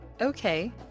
okay